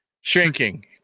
Shrinking